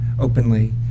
openly